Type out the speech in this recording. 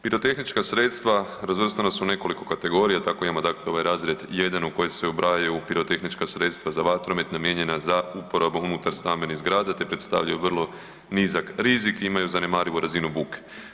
Pirotehnička sredstva razvrstana su u nekoliko kategorija, tako imamo dakle ovaj razred jedan u koji se ubrajaju pirotehnička sredstva za vatromet namijenjena za uporabu unutar stambenih zgrada, te predstavljaju vrlo nizak rizik i imaju zanemarivu razinu buke.